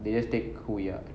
they just take who we are